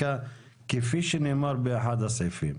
כפי שנאמר באחד הסעיפים.